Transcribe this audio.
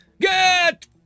Get